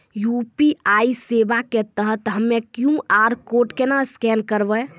UPI सेवा के तहत हम्मय क्यू.आर कोड केना स्कैन करबै?